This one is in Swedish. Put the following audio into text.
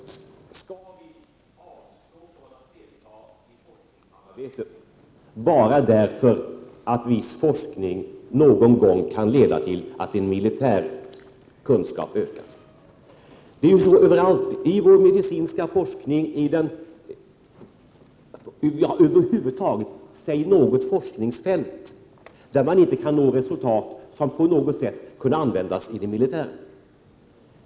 Skall vi avstå från att delta i forskningssamarbete bara därför att viss forskning någon gång kan leda till att en militär kunskap ökar? Det är ju så överallt, i vår medicinska forskning och i annan — ja, nämn över huvud taget något forskningsfält där man inte kan nå resultat som på något sätt kan användas i det militära!